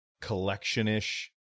collection-ish